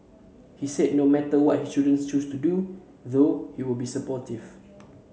he said no matter what his children choose to do though he'll be supportive